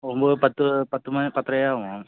ஒன்போது பத்து பத்து மணி பத்தரை ஆகும்